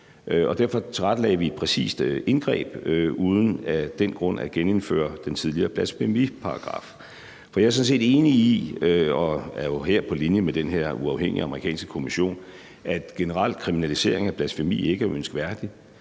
Derfor tilrettelagde vi et præcist indgreb uden af den grund at genindføre den tidligere blasfemiparagraf. For jeg er sådan set enig i – og jeg er jo her på linje med den her uafhængige amerikanske kommission – at en generel kriminalisering af blasfemi ikke er ønskværdig.